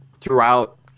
throughout